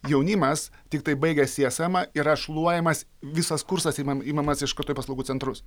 jaunimas tiktai baigęs iesemą yra šluojamas visas kursas imam imamas iš karto į paslaugų centrus